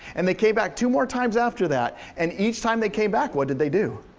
and they came back two more times after that, and each time they came back, what did they do?